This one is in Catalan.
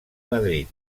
madrid